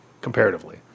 comparatively